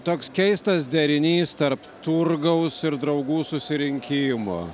toks keistas derinys tarp turgaus ir draugų susirinkimo